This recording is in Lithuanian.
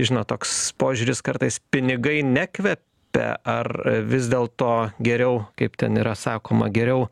žinot toks požiūris kartais pinigai nekvepia ar vis dėlto geriau kaip ten yra sakoma geriau